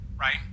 right